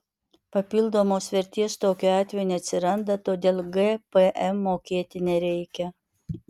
papildomos vertės tokiu atveju neatsiranda todėl gpm mokėti nereikia